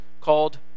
called